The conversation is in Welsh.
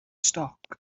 stoc